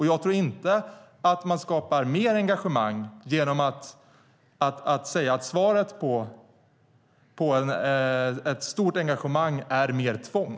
Jag tror inte att man skapar mer engagemang genom att säga att svaret på ett stort engagemang är mer tvång.